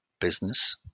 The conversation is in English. business